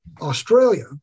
Australia